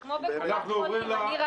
זה כמו בקופת חולים אני רק שאלה.